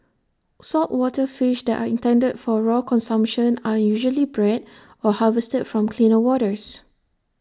saltwater fish that are intended for raw consumption are usually bred or harvested from cleaner waters